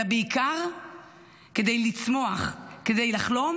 אלא בעיקר כדי לצמוח, כדי לחלום